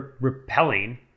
repelling